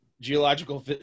Geological